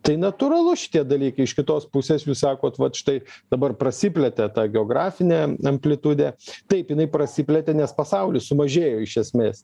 tai natūralu šitie dalykai iš kitos pusės jūs sakot vat štai dabar prasiplėtė ta geografinė amplitudė taip jinai prasiplėtė nes pasaulis sumažėjo iš esmės